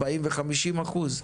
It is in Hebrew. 50%-40%.